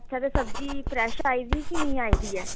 अच्छा ते सब्जी फ्रैश आई दी की नेईं आई दी